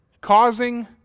causing